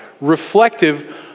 reflective